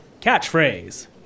Catchphrase